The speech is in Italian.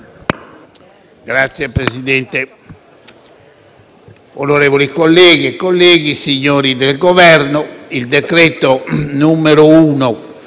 Grazie, Presidente.